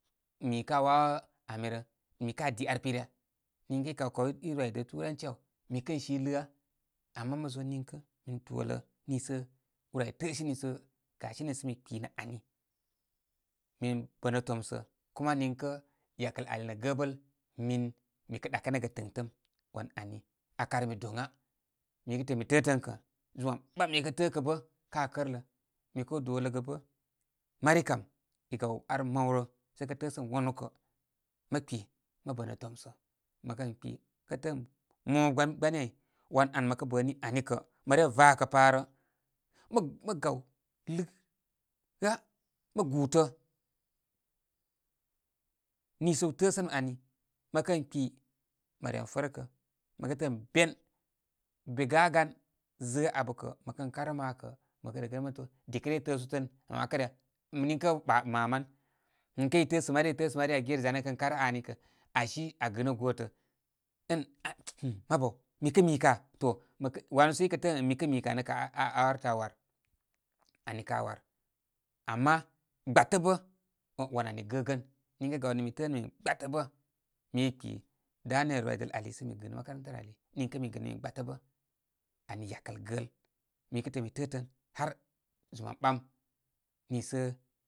Mi kā wawo ami rə. Mi kā di ar pirə ya? Niŋkə' i kw. kaw i rwidə turanci aw mi kən si lɨa. Ama mobarzo niŋkə' min dolə niisə ūr ay təəsini mi sə gasini mi sə mi kpi nə ani. Min bə'nə' tomsə' kuma, niŋkə yakəl ali nə' gəbəl min mikə' ɗakənəgə tɨŋtə'm. Wan ani aa karmi doŋa. Mi kə tə'ə' min mi tə'ə', tən, kə' zum am ɓam, mikə tə'ə'kə' bə' ka' kərlə. Mi kəw doləgə bə. Mari kam i gaw ar maw rə sə' kə tə'ə' sə'm wanu kə' mə' kpi, mə bə'nə' tomsə. Məkə'n kpi kə tə'ə' ən mo gbo gbani ai, wan mə kə' bə' ni ani kə' mə re rakə' pa rə, maq mə gaw lɨlɨ a mə gūtə. Niisə təəsənəm ami mə kən kpi mə ren fərkə. Mə tə'ə' mən ben be gagan. zə'ə' a abə kə' məkə karə makə' ən to dire i tə'ə' su tə'n mə 'wakə rə ya niŋkə ɓa maman. Niŋkə i tə'ə' sə mari, i tə'ə'sə mari age'rə, zanə kən karə aa ni. Kə aa si aa gɨ nə gotə an mabu awomi kə' mi ka. To maka wanu wə i tə'ə' ən mikə mi ani kə aa artə aa war, ani kə awar. Ama, gbatə bə' wani ani gəgən ninkə gawni mi tə'ə' nə' min gbatə bə' mi kpi daniel rwidəl ali sə mi gɨnə makaranta rə ali niŋkə min gɨnə min gbə bə. Ani, yakəl gəl. Mikə tə'ə' in mi tə'ə' tən har zum am ɓam nil səm.